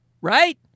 right